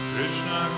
Krishna